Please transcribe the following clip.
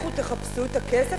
לכו תחפשו את הכסף,